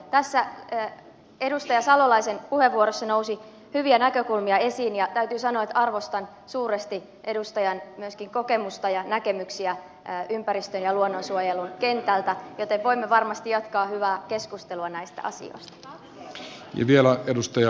tässä edustaja salolaisen puheenvuorossa nousi hyviä näkökulmia esiin ja täytyy sanoa että arvostan myöskin suuresti edustajan kokemusta ja näkemyksiä ympäristön ja luonnonsuojelun kentältä joten voimme varmasti jatkaa hyvää keskustelua näistä asioista